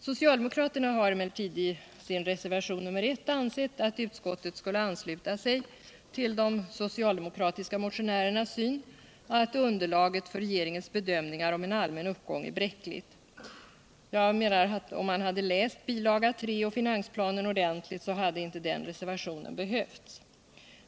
Socialdemokraterna har emellertid i reservationen I ansett att utskottet borde ansluta sig till de socialdemokratiska motionärernas syn att underlaget för regeringens bedömningar om en allmän uppgång är bräckligt. Jag menar att om man hade läst bil. 3 och finansplanen ordentligt hade inte den reservationen behövts.